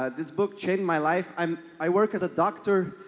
ah this book changed my life. i'm, i work as a doctor,